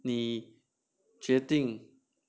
你决定